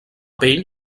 pell